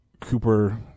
Cooper